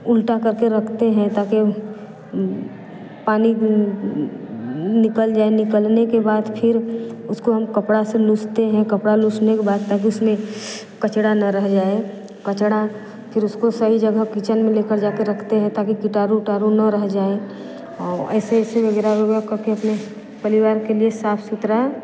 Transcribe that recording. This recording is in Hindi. उल्टा करके रखते है ताकि पानी निकल जाए निकलने के बाद फिर उसको हम कपड़ा से लुस्ते है कपड़ा लुसने के बाद ताकि उसमें कचड़ा न रह जाए कचड़ा फिर उसको सही जगह किचेन में लेकर जाके रखते है ताकि कीटाणु उटारु न रह जाए औ ऐसे ऐसे कके अपने परिवार के लिए साफ़ सुथरा